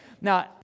now